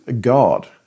God